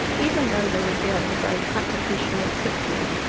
even though they would be able to grow fatter fish more quickly,